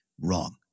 wrong